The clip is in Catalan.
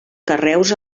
carreus